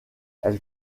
elle